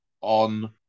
on